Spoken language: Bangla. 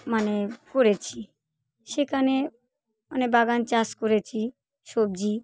মানে করেছি সেখানে মানে বাগানে চাষ করেছি সবজি